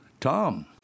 Tom